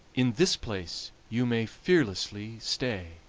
in this place you may fearlessly stay.